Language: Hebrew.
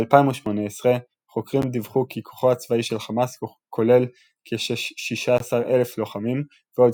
ב-2018 חוקרים דיווחו כי כוחו הצבאי של חמאס כולל כ-16 אלף לוחמים ועוד